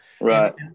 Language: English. Right